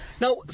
Now